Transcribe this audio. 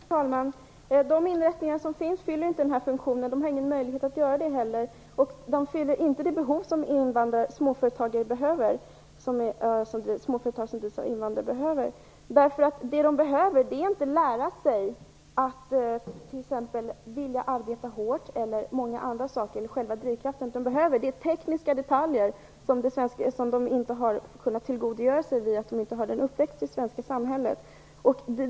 Fru talman! De inrättningar som finns fyller inte den här funktionen. De har ingen möjlighet att göra det heller. De fyller inte det behov som småföretag som drivs av invandrare behöver. De behöver inte lära sig att t.ex. vilja arbeta hårt eller många andra saker. De behöver tekniska detaljer som de inte har kunnat tillgodogöra sig eftersom de inte är uppväxta i det svenska samhället.